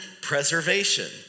preservation